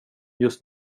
just